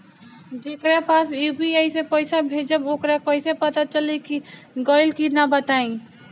जेकरा पास यू.पी.आई से पईसा भेजब वोकरा कईसे पता चली कि गइल की ना बताई?